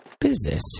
Business